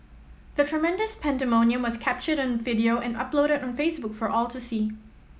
the tremendous pandemonium was captured on video and uploaded on Facebook for all to see